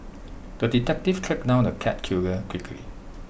the detective tracked down the cat killer quickly